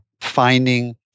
finding